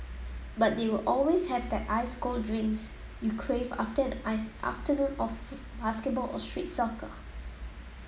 but they will always have that ice cold drinks you crave after an ice afternoon of basketball or street soccer